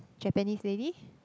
Japanese lady